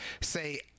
say